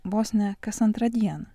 vos ne kas antrą dieną